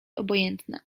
obojętne